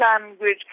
language